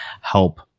help